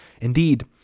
Indeed